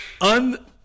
un